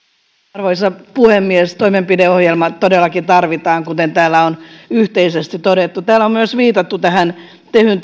arvoisa puhemies toimenpideohjelma todellakin tarvitaan kuten täällä on yhteisesti todettu täällä on myös viitattu tähän tehyn